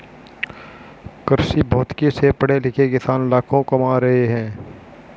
कृषिभौतिकी से पढ़े लिखे किसान लाखों कमा रहे हैं